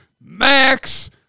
Max